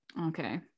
Okay